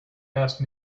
asked